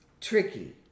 Tricky